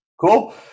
Cool